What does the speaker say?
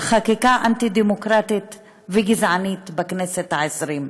חקיקה אנטי-דמוקרטית וגזענית בכנסת ה-20.